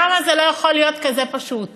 למה זה לא יכול להיות כזה פשוט?